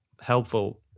helpful